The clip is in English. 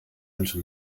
and